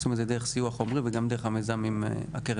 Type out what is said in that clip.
זאת אומרת דרך סיוע חומרי ודרך והקרן לידידות.